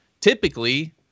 typically